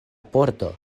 pordo